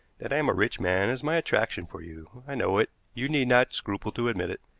that i am a rich man is my attraction for you. i know it you need not scruple to admit it.